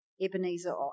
Ebenezer